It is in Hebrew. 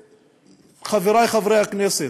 חברי חברי הכנסת,